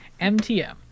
MTM